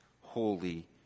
Holy